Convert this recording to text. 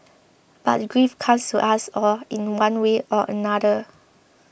but grief comes to us all in one way or another